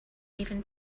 even